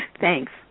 Thanks